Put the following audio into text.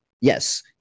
Yes